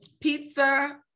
pizza